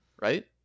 right